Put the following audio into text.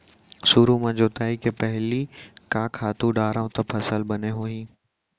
सुरु म जोताई के पहिली का खातू डारव त फसल बने होही?